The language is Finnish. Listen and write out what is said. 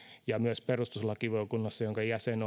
ja myös perustuslakivaliokunnassa jonka jäsen